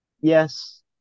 Yes